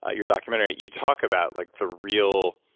ah your documentary, you talk about like the real.